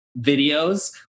videos